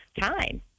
time